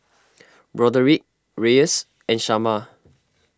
Broderick Reyes and Shamar